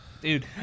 Dude